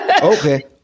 Okay